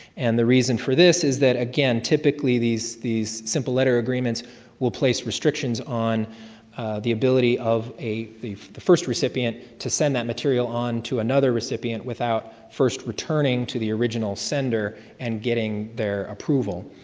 and the reason for this is that again, typically these these simple letter agreements will place restrictions on the ability of a the the first recipient to send that material on to another recipient without first returning to the original sender, and getting their approval.